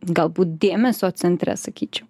galbūt dėmesio centre sakyčiau